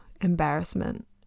embarrassment